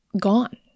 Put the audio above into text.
gone